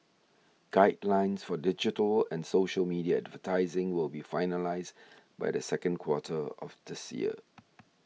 guidelines for digital and social media advertising will be finalised by the second quarter of this year